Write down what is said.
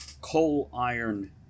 coal-iron